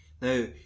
Now